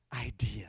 idea